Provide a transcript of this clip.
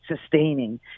sustaining